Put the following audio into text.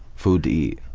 food to eat,